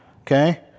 okay